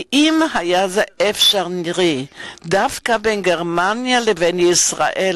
כי אם התאפשר דווקא בין גרמניה לבין ישראל